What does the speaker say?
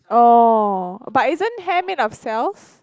orh but isn't hair made of cells